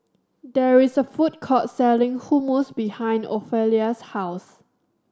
there is a food court selling Hummus behind Ofelia's house